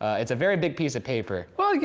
it's a very big piece of paper. well, yeah